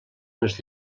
les